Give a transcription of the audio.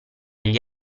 gli